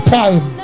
time